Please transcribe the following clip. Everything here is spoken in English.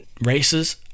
races